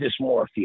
dysmorphia